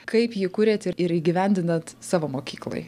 kaip jį kūriat ir ir įgyvendinat savo mokykloj